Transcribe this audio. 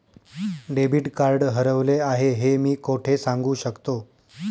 Debit card हरवले आहे हे मी कोठे सांगू शकतो?